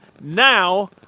Now